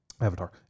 Avatar